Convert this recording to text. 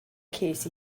ces